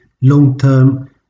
long-term